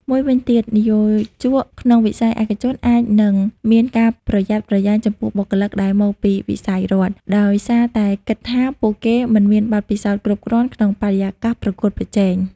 មួយវិញទៀត និយោជកក្នុងវិស័យឯកជនអាចនឹងមានការប្រយ័ត្នប្រយែងចំពោះបុគ្គលិកដែលមកពីវិស័យរដ្ឋ ដោយសារតែគិតថាពួកគេមិនមានបទពិសោធន៍គ្រប់គ្រាន់ក្នុងបរិយាកាសប្រកួតប្រជែង។